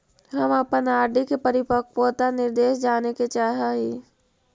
हम अपन आर.डी के परिपक्वता निर्देश जाने के चाह ही